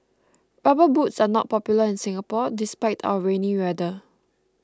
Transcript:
rubber boots are not popular in Singapore despite our rainy weather